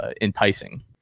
enticing